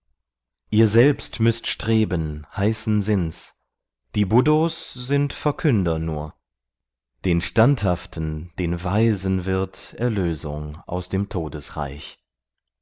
ihr selbst müßt streben heißen sinns die buddhos sind verkünder nur den standhaften den weisen wird erlösung aus dem